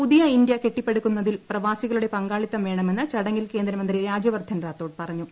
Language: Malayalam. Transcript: പുതിയ ഇന്ത്യ കെട്ടിപ്പടുക്കുന്നതിൽ പ്രവാസികളുടെ പങ്കാളിത്തം വേണമെന്ന് ചടങ്ങിൽ കേന്ദ്രമന്ത്രി രാജ്യവർദ്ധൻ റാഥോഡ് പറഞ്ഞു